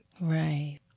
Right